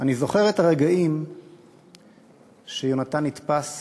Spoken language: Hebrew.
אני זוכר את הרגעים שיונתן נתפס